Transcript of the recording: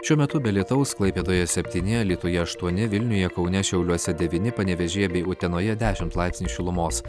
šiuo metu be lietaus klaipėdoje septyni alytuje aštuoni vilniuje kaune šiauliuose devyni panevėžyje bei utenoje dešimt laipsnių šilumos